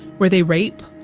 where they rape,